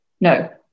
No